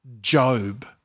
Job